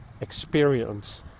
experience